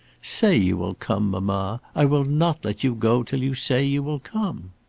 say you will come, mamma. i will not let you go till you say you will come.